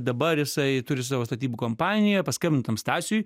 dabar jisai turi savo statybų kompaniją paskambinu tam stasiui